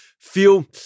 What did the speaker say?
feel